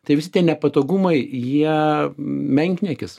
tai visi tie nepatogumai jie menkniekis